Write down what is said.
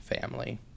family